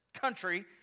country